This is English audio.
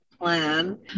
plan